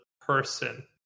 person